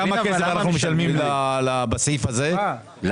כמה כסף אנו משלמים הסעיף הזה ואיפה?